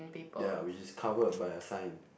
ya which is covered by a sign